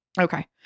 okay